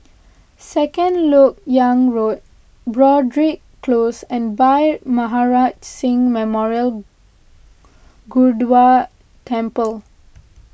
Second Lok Yang Road Broadrick Close and Bhai Maharaj Singh Memorial Gurdwara Temple